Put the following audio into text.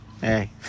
hey